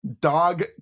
dog